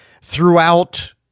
throughout